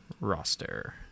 Roster